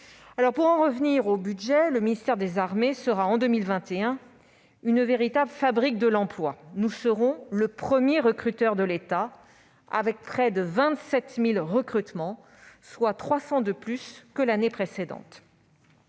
Pour en revenir au budget, le ministère des armées sera en 2021 une véritable fabrique de l'emploi : il sera le premier recruteur de l'État, avec près de 27 000 recrutements, soit 300 de plus que l'année précédente.